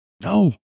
No